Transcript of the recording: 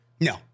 No